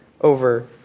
over